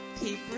Paper